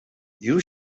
you